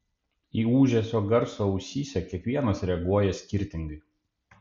į ūžesio garsą ausyse kiekvienas reaguoja skirtingai